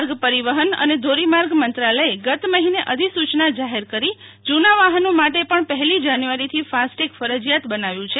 માર્ગ પરિવહન અને ધોરીમાર્ગ મંત્રાલયે ગત મહિને અધિસૂયના જાહેર કરી જૂના વાહનો માટે પણ પહેલી જાન્યુઆરીથી ફાસ્ટેગ ફરજિયાત બનાવ્યું છે